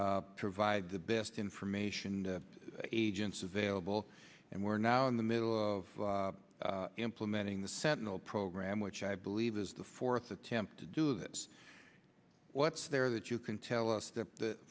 provide the best information agents available and we're now in the middle of implementing the sentinel program which i believe is the fourth attempt to do this what's there that you can tell us that